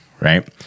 right